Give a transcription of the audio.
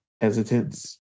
hesitance